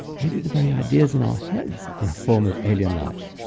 maybe the very ideas in our heads are a form of alien life.